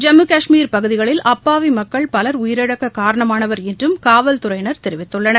ஜம்மு கஷ்மீர் பகுதிகளில் அப்பாவி மக்கள் பலர் உயிரிழக்க காரணமானவர் என்றும் காவல்துறையினர் தெரிவித்துள்ளனர்